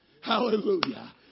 Hallelujah